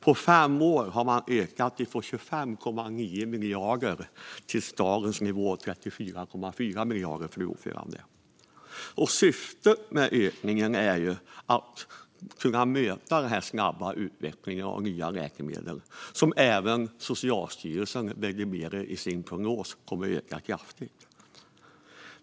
På fem år har man ökat dem från 25,9 miljarder till dagens nivå 34,4 miljarder, fru talman. Syftet med ökningen är att möta den snabba utvecklingen av nya läkemedel. Även Socialstyrelsen tar upp i sin prognos att detta kommer att öka kraftigt.